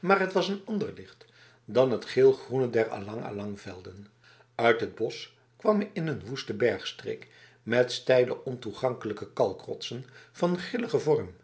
maar het was een ander licht dan het geelgroene der alang alangvelden uit het bos kwam hij in een woeste bergstreek met steile ontoegankelijke kalkrotsen van grillige vorm